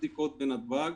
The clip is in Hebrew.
ד"ר